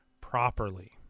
properly